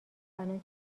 الان